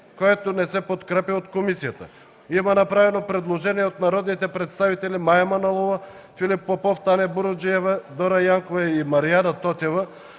Комисията не подкрепя предложението. Има направено предложение от народните представители Мая Манолова, Филип Попов, Татяна Буруджиева, Дора Янкова и Мариана Тотева: